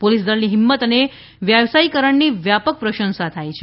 police દળની હિંમત અને વ્યાવસાયીકરણની વ્યાપક પ્રશંસા થાય છે